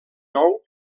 nou